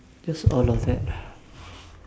just all of that